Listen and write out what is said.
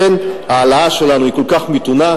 לכן ההעלאה שלנו היא כל כך מתונה,